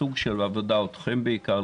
אתכם בעיקר,